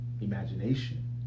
imagination